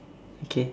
okay